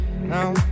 now